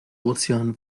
ozean